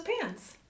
pants